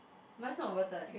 mine's not overturned